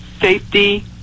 safety